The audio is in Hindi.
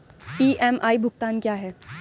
ई.एम.आई भुगतान क्या है?